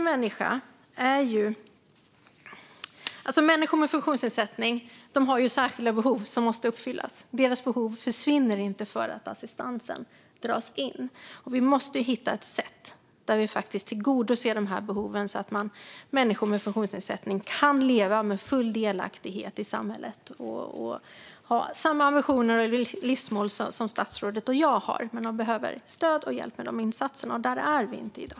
Människor med funktionsnedsättning har särskilda behov som måste fyllas. Deras behov försvinner inte för att assistansen dras in. Vi måste hitta ett sätt där vi tillgodoser behoven så att människor med funktionsnedsättning kan leva med full delaktighet i samhället och ha samma ambitioner och livsmål som statsrådet och jag har. Men de behöver stöd och hjälp med de insatserna, och där är vi inte i dag.